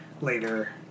later